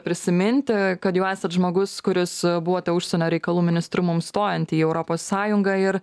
prisiminti kad jau esat žmogus kuris buvote užsienio reikalų ministru mums stojant į europos sąjungą ir